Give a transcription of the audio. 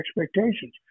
expectations